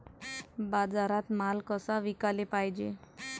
बाजारात माल कसा विकाले पायजे?